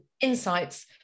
insights